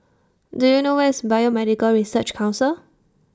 Do YOU know Where IS Biomedical Research Council